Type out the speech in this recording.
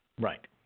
Right